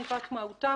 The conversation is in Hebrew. מפאת מהותה,